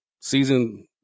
season